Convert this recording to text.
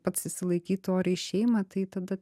pats išsilaikytų oriai šeimą tai tada